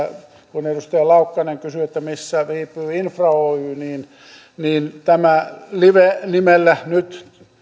kun edustaja laukkanen kysyi että missä viipyy infra oy niin tämä live nimellä nyt